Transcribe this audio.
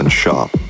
sharp